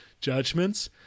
judgments